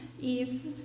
east